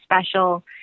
special